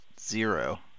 Zero